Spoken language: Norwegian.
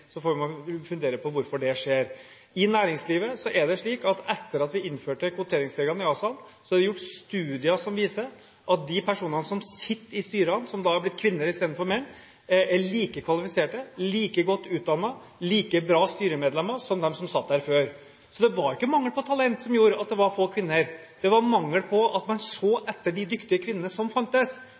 Så får man fundere på hvorfor det skjer. I næringslivet er det, etter at vi innførte kvoteringsreglene i ASA-ene, gjort studier som viser at de personene som sitter i styrene, som er kvinner istedenfor menn, er like kvalifiserte, like godt utdannede og like bra styremedlemmer som de som satt der før. Det var ikke mangel på talent som gjorde at det var få kvinner – det var mangel på at man så etter de dyktige kvinnene som fantes.